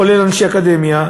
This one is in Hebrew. כולל אנשי אקדמיה,